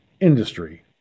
industry